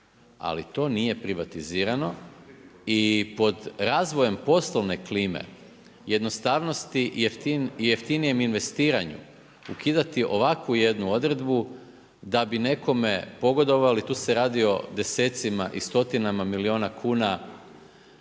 ali to nije privatizirano i pod razvojem poslovne klime jednostavnosti, jeftinijem investiranju, ukidati ovakvu jednu odredbu da bi nekome pogodovali, tu se radi o desecima i stotinama milijuna kuna.